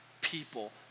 people